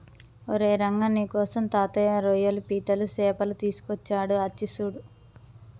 ఓరై రంగ నీకోసం తాతయ్య రోయ్యలు పీతలు సేపలు తీసుకొచ్చాడు అచ్చి సూడు